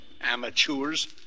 Amateurs